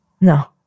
No